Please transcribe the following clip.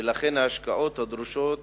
ולכן ההשקעות הדרושות